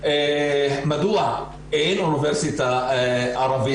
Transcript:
אנחנו לא צריכים עוד מכללה להוראה.